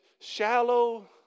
shallow